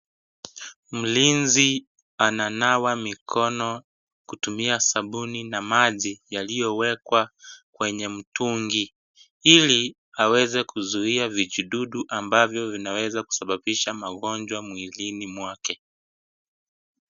Mlinzi ananawa mikono kutumia sabuni na maji yaliyowekwa kwenye mtungi ili, aweze kuzuia vijidudu ambavyo vinaweza kusababisha magonjwa mwilini mwake.